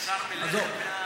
נעצר מלכת מאז?